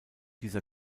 dieser